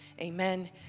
Amen